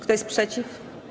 Kto jest przeciw?